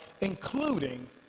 including